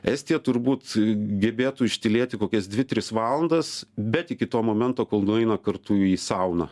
estija turbūt gebėtų ištylėti kokias dvi tris valandas bet iki to momento kol nueina kartu į sauną